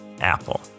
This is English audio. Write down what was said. Apple